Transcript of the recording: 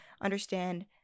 understand